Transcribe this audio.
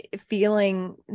feeling